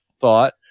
thought